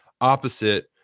opposite